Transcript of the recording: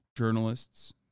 journalists